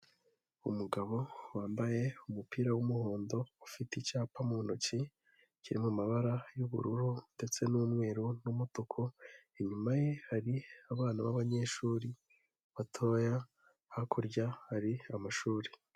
Umugabo wambaye umupira w'umuhondo, ufite icyapa mu ntoki kiri mabara y'ubururu ndetse n'umweru n'umutuku, inyuma ye hari abana b'abanyeshuri batoya, hakurya hari amashuri.